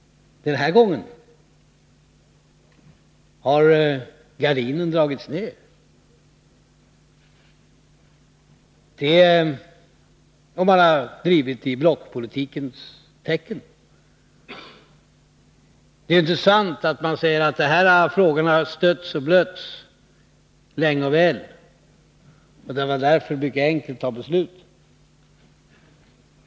Den här gången har gardinen dragits ner, och man har drivit det i blockpolitikens tecken. Det är ju inte sant när man säger att de här frågorna har stötts och blötts länge och väl och att det därför skulle vara mycket enkelt att ta béslut.